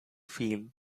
feel